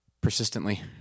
Persistently